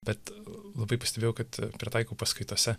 bet labai pastebėjau kad pritaikau paskaitose